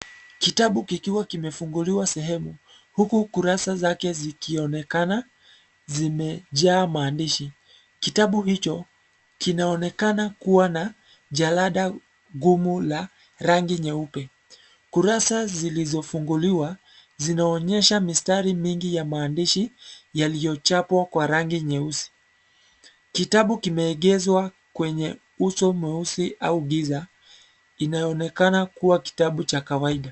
Kitabu kikiwa kimefunguliwa sehemu, huku kurasa zake zikionekana zimejaa maandishi. Kitabu hicho kinaonekana kuwa na jarada gumu la rangi nyeupe. Kurasa zilizofunguliwa zinaonyesha mistari mingi ya maandishi, yaliyochapwa kwa rangi nyeusi. Kitabu kimeegezwa kwenye uso mweusi au giza inaonekana kua kitabu cha kawaida.